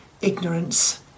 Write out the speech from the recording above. ignorance